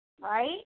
right